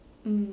mm